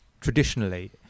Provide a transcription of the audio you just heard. traditionally